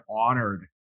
honored